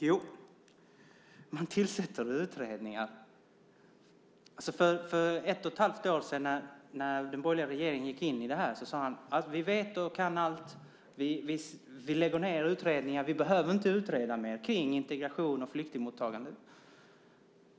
Jo, man tillsätter utredningar. För ett och ett halvt år sedan när den borgerliga regeringen gick in i detta sade man: Vi vet och kan allt. Vi lägger ned utredningar. Vi behöver inte utreda mer om integration och flyktingmottagande.